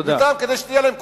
תודה.